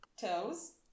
Toes